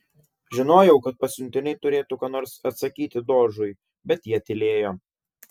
žinojau kad pasiuntiniai turėtų ką nors atsakyti dožui bet jie tylėjo